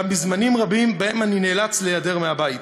בזמנים רבים שבהם אני נאלץ להיעדר מהבית.